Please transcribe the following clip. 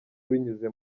binyuze